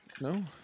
No